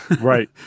Right